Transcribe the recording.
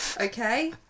Okay